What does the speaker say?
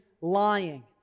lying